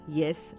yes